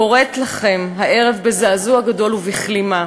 קוראת לכם הערב בזעזוע גדול ובכלימה.